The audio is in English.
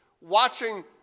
watching